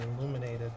illuminated